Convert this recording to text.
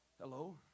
hello